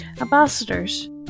Ambassadors